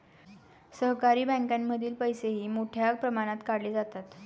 सहकारी बँकांमधील पैसेही मोठ्या प्रमाणात काढले जातात